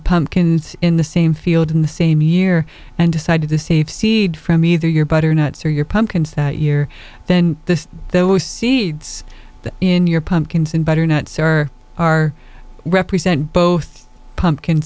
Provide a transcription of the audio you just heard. pumpkins in the same field in the same year and decided to save seed from either your butternuts or your pumpkins that year then the those seeds in your pumpkins and butternuts are are represent both pumpkins